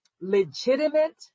legitimate